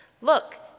Look